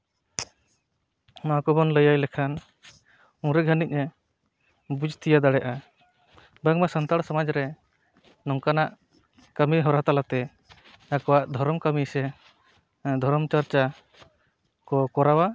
ᱚᱱᱟ ᱠᱚᱵᱚᱱ ᱞᱟᱹᱭ ᱟᱭ ᱞᱮᱠᱷᱟᱱ ᱩᱱᱨᱮ ᱜᱷᱟᱹᱱᱤᱡᱼᱮ ᱵᱩᱡ ᱛᱤᱭᱳᱜ ᱫᱟᱲᱮᱭᱟᱜᱼᱟ ᱵᱟᱝᱢᱟ ᱥᱟᱱᱛᱟᱲ ᱥᱚᱢᱟᱡᱽ ᱨᱮ ᱱᱚᱝᱠᱟᱱᱟᱜ ᱠᱟᱹᱢᱤᱦᱚᱨᱟ ᱛᱟᱞᱟᱛᱮ ᱟᱠᱚᱣᱟᱜ ᱫᱷᱚᱨᱚᱢ ᱠᱟᱹᱢᱤ ᱥᱮ ᱫᱷᱚᱨᱚᱢ ᱪᱟᱨᱪᱟ ᱠᱚ ᱠᱚᱨᱟᱣᱟ